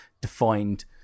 defined